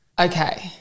Okay